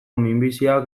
minbiziak